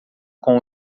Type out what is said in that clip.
com